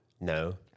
No